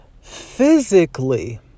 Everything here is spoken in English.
physically